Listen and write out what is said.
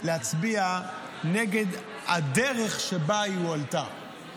להצביע נגד הדרך שבה היא הועלתה.